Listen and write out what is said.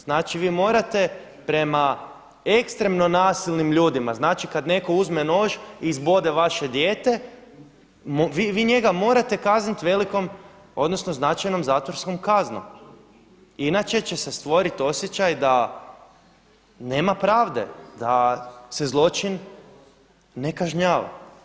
Znači vi morate prema ekstremno nasilnim ljudima znači kada neko uzme nož i izbode vaše dijete, vi njega morate kazniti velikom odnosno značajnom zatvorskom kaznom, inače će se stvoriti osjećaj da nema pravde da se zločin ne kažnjava.